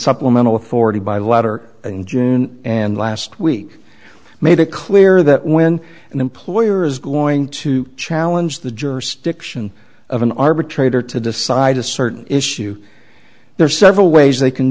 supplemental afforded by letter in june and last week made it clear that when an employer is going to challenge the jurisdiction of an arbitrator to decide a certain issue there are several ways they can